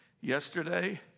yesterday